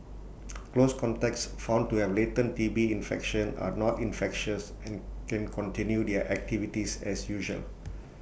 close contacts found to have latent T B infection are not infectious and can continue their activities as usual